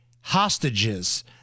hostages